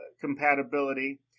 compatibility